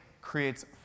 creates